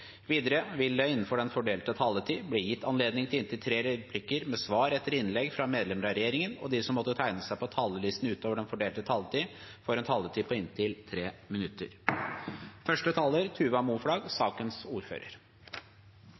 Videre vil det – innenfor den fordelte taletid – bli gitt anledning til inntil tre replikker med svar etter innlegg fra medlemmer av regjeringen, og de som måtte tegne seg på talerlisten utover den fordelte taletid, får også en taletid på inntil 3 minutter.